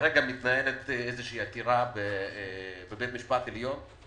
כרגע מתנהלת עתירה בבית המשפט העליון.